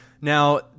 Now